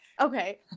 okay